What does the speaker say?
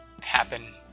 happen